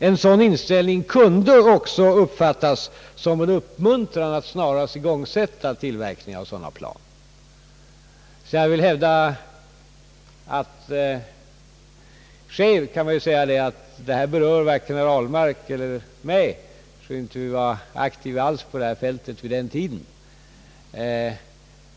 En sådan inställning kunde också uppfattas som en uppmuntran att snarast igångsätta tillverkning av sådana plan. Jag vill hävda att det här visserligen inte berör vare sig herr Ahlmark eller mig, eftersom vi inte var aktiva alls på det här området vid den tiden.